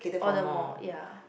order more ya